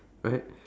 right